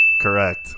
Correct